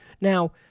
Now